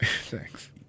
Thanks